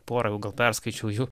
porą jau gal perskaičiau jų